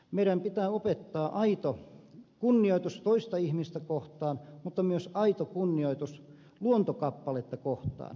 meidän pitää opettaa aito kunnioitus toista ihmistä kohtaan mutta myös aito kunnioitus luontokappaletta kohtaan